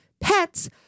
pets